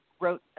wrote